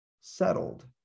settled